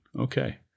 Okay